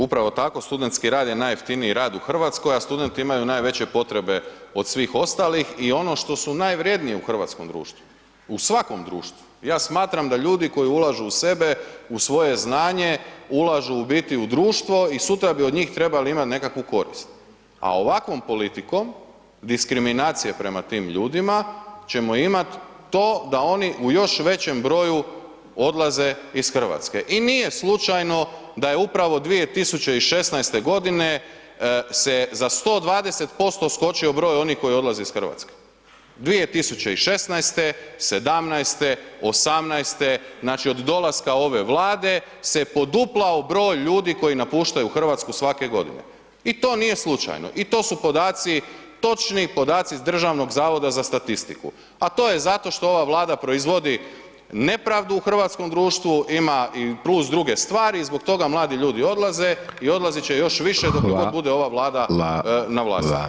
Upravo tako, studentski rad je najjeftiniji rad u RH, a studenti imaju najveće potrebe od svih ostalih i ono što su najvrednije u hrvatskom društvu, u svakom društvu, ja smatram da ljudi koji ulažu u sebe, u svoje znanje, ulažu u biti u društvo i sutra bi od njih trebali imat nekakvu korist, a ovakvom politikom diskriminacije prema tim ljudima ćemo imat to da oni u još većem broju odlaze iz RH i nije slučajno da je upravo 2016.g. se za 120% skočio broj onih koji odlaze iz RH, 2016., '17., '18., znači od dolaska ove Vlade se poduplao broj ljudi koji napuštaju RH svake godine i to nije slučajno i to su podaci, točni podaci iz Državnog zavoda za statistiku, a to je zato što ova Vlada proizvodi nepravdu u hrvatskom društvu, ima i plus druge stvari i zbog toga mladi ljudi odlaze i odlazit će još više dok god bude [[Upadica: Hvala vam]] ova Vlada na vlasti.